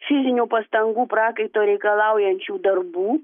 fizinių pastangų prakaito reikalaujančių darbų